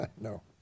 No